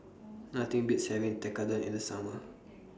Nothing Beats having Tekkadon in The Summer